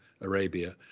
Arabia